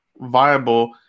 viable